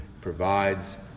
provides